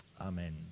amen